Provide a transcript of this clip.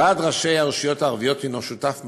ועד ראשי הרשויות הוא שותף מלא,